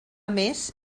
més